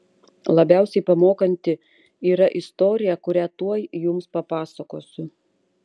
labiausiai pamokanti yra istorija kurią tuoj jums papasakosiu